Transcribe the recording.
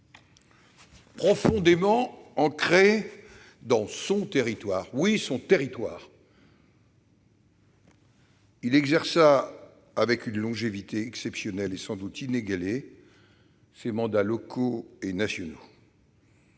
Profondément ancré dans son territoire- oui, « son » territoire !-, il exerça avec une longévité exceptionnelle, et sans doute inégalée, ses mandats locaux et nationaux.